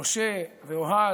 משה ואוהד,